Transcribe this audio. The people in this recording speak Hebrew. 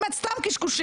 באמת, סתם קשקושים.